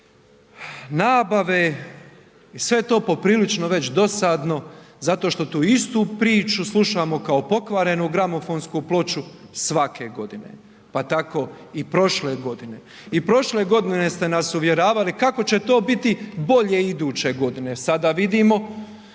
nabave i sve je to poprilično već dosadno zato što tu istu priču slušamo kao pokvarenu gramofonsku ploču svake godine, pa tako i prošle godine. I prošle godine ste nas uvjeravali kako će to biti bolje iduće godine, sada vidimo